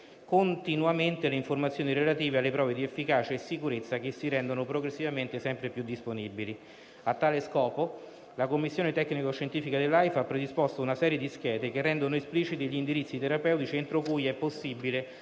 continuamente le informazioni relative alle prove di efficacia e sicurezza che si rendono progressivamente sempre più disponibili. A tale scopo, la commissione tecnico-scientifica dell'AIFA ha predisposto una serie di schede che rendono espliciti gli indirizzi terapeutici entro cui è possibile